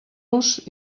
los